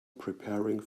preparing